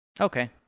Okay